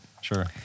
Sure